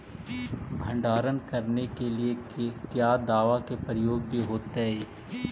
भंडारन करने के लिय क्या दाबा के प्रयोग भी होयतय?